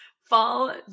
Fall